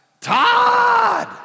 Todd